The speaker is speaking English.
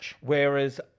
Whereas